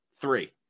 three